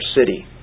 city